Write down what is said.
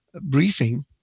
briefing